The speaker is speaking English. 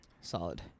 Solid